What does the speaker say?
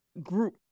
group